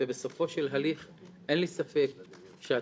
ובסופו של הליך אין לי ספק שהתוצר